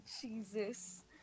Jesus